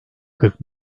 kırk